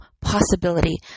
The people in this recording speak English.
possibility